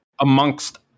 amongst